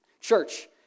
Church